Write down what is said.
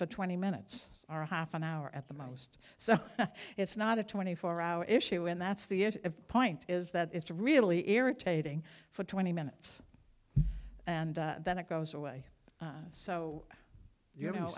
for twenty minutes or half an hour at the most so it's not a twenty four hour issue and that's the point is that it's really irritating for twenty minutes and then it goes away so you know